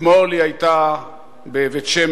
אתמול היא היתה בבית-שמש,